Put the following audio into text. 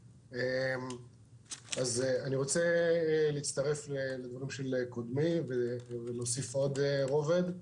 אני רוצה להצטרף לדבריו של קודמי ולהוסיף עוד רובד.